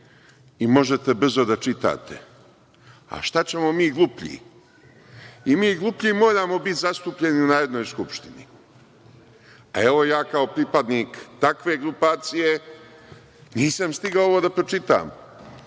i možete brzo da čitate. A šta ćemo mi gluplji? I mi gluplji moramo biti zastupljeni u Narodnoj skupštini. Evo ja, kao pripadnik takve grupacije, nisam stigao ovo da pročitam.